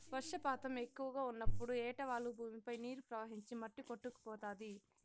వర్షపాతం ఎక్కువగా ఉన్నప్పుడు ఏటవాలు భూమిపై నీరు ప్రవహించి మట్టి కొట్టుకుపోతాది